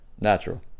natural